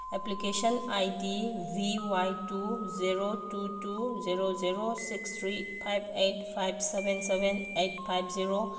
application I D V Y two zero two two zero zero six three five eight five seven seven eight five zero